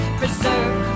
preserve